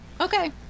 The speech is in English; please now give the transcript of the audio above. Okay